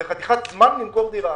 זה חתיכת זמן למכור דירה.